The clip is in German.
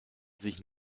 sich